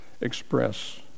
express